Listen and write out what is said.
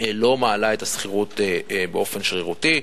לא מעלה את השכירות באופן שרירותי.